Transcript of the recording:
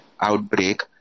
outbreak